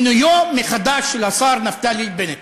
מינויו מחדש של השר נפתלי בנט.